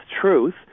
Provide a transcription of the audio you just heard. truth